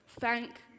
Thank